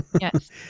Yes